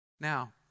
Now